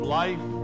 life